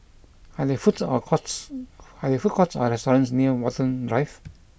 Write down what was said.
are there foods or courts are there food courts or restaurants near Watten Drive